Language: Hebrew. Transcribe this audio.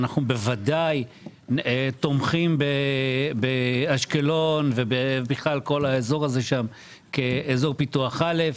אנחנו בוודאי תומכים באשקלון ובכל האזור הזה כאזור פיתוח א'.